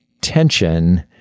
tension